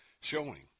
showing